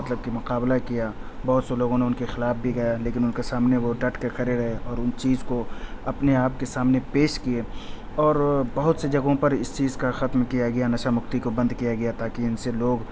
مطلب کہ مقابلہ کیا بہت سے لوگوں نے ان کے خلاف بھی گیا لیکن ان کے سامنے وہ ڈٹ کے کھڑے رہے اور ان چیز کو اپنے آپ کے سامنے پیش کیے اور بہت سے جگہوں پر اس چیز کا ختم کیا گیا نشہ مکتی کو بند کیا گیا تاکہ ان سے لوگ